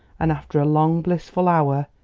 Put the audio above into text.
and after a long, blissful hour,